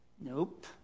Nope